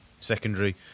secondary